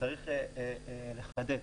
שצריך לחדד.